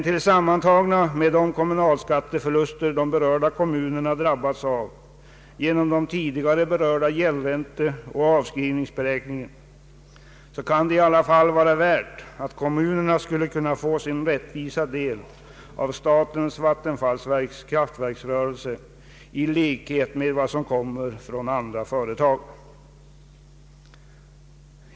Tillsammans med de kommunalskatteförluster berörda kommuner drabbas av genom tidigare nämnda gäldränteoch avskrivningsberäkningar gör det emellertid att kommunerna borde få sin rättvisa del av statens vattenfallsverks kraftverksrörelse i likhet med vad som gäller för andra företag.